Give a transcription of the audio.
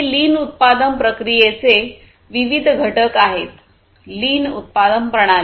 हे लीन उत्पादन प्रक्रियेचे विविध घटक आहेत लीन उत्पादन प्रणाली